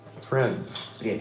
Friends